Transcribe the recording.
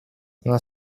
она